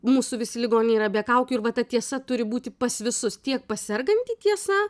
mūsų visi ligoniai yra be kaukių ir va ta tiesa turi būti pas visus tiek pas sergantį tiesa